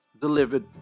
delivered